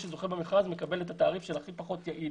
שזוכה במכרז מקבל את התעריף הכי פחות יעיל.